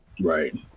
Right